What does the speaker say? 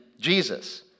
Jesus